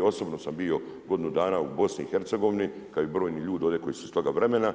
Osobno sam bio godinu dana u BIH, kad bi brojni ljudi koji su iz toga vremena